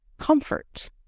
Comfort